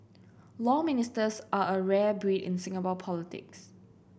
Law Ministers are a rare breed in Singapore politics